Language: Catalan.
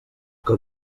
que